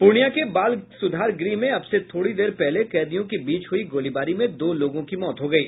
पूर्णिया के बाल सुधार गृह में अब से थोड़ी देर पहले कैदियों के बीच हुई गोलीबारी में दो लोगों की मौत हो गयी